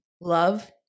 love